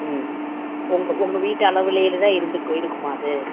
ம் ஒங் உங்க வீட்டு அளவிலையே தான் இருந்துக்கு இருக்குமா அது